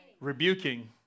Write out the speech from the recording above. Rebuking